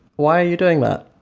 why are you doing that?